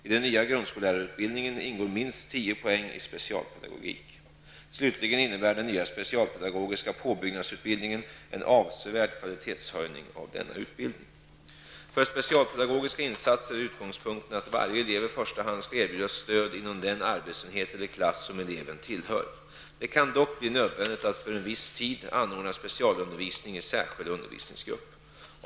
I den nya grundskollärarutbildningen ingår minst tio poäng i specialpedagogik. Slutligen innebär den nya specialpedagogiska påbyggnadsutbildningen en avseevärd kvalitetshöjning av denna utbildning. För specialpedagogiska insatser är utgångspunkten att varje elev i första hand skall erbjudas stöd inom den arbetsenhet eller klass som eleven tillhör. Det kan dock bli nödvändigt att för en viss tid anordna specialundervisning i särskild undervisningsgrupp.